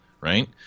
right